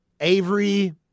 Avery